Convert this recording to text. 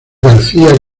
garcía